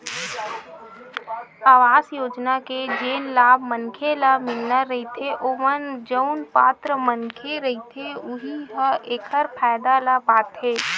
अवास योजना के जेन लाभ मनखे ल मिलना रहिथे ओमा जउन पात्र मनखे रहिथे उहीं ह एखर फायदा ल पाथे